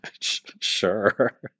Sure